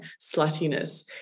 sluttiness